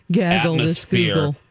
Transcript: Atmosphere